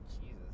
Jesus